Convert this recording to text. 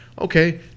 okay